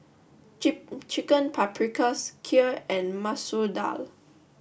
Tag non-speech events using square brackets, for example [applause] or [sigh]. [unintelligible] Chicken Paprikas Kheer and Masoor Dal